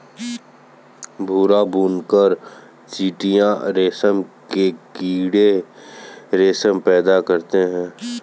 भूरा बुनकर चीटियां रेशम के कीड़े रेशम पैदा करते हैं